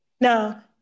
now